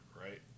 right